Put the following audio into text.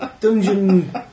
dungeon